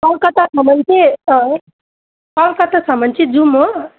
कलकत्तासम्म चाहिँ अँ कलकत्तासम्म चाहिँ जाऔँ हो